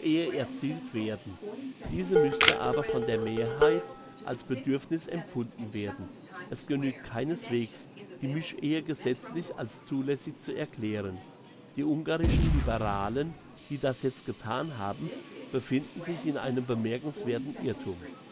erzielt werden diese müsste aber von der mehrheit als bedürfniss empfunden werden es genügt keineswegs die mischehe gesetzlich als zulässig zu erklären die ungarischen liberalen die das jetzt gethan haben befinden sich in einem bemerkenswerthen irrthum